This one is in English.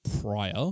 prior